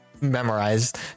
memorized